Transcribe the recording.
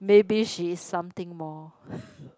maybe she is something more